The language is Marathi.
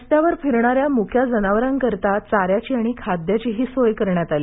रस्त्यावर फिरणाऱ्या मुक्या जनावरांकरता चाऱ्याची आणि खाद्याची सोयही करण्यात आली